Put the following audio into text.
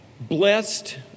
Blessed